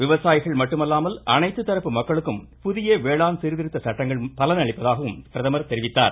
விவசாயிகள் மட்டுமல்லாமல் அனைத்து தரப்பு மக்களுக்கும் புதிய வேளாண் சீர்திருத்த சட்டங்கள் பலன் அளிப்பதாக பிரதமர் குறிப்பிட்டார்